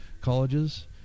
colleges